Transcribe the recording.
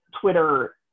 Twitter